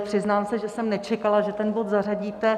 Přiznám se, že jsem nečekala, že ten bod zařadíte.